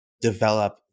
develop